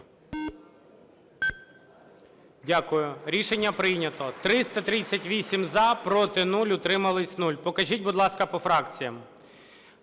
Дякую. Рішення прийнято. 338 - за, проти – 0, утримались – 0. Покажіть, будь ласка, по фракціям.